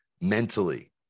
mentally